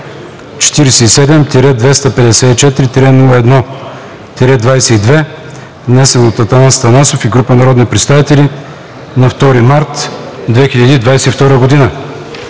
47-254-01-22, внесен от Атанас Атанасов и група народни представители на 2 март 2022 г.